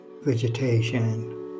vegetation